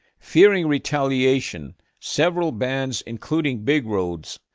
fearing retaliation, several bands, including big road's,